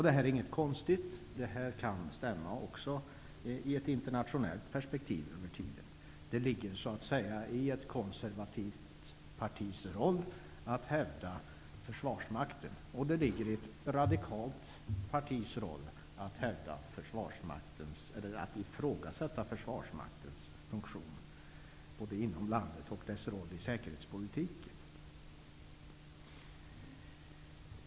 Detta är inte konstigt. Det stämmer över tiden också i ett internationellt perspektiv. Det ligger så att säga i ett konservativt partis roll att hävda försvarsmakten, och det ligger i ett radikalt partis roll att ifrågasätta försvarsmaktens funktion inom landet och dess roll i säkerhetspolitiken.